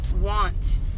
want